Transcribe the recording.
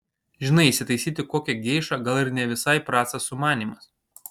žinai įsitaisyti kokią geišą gal ir ne visai prastas sumanymas